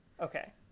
Okay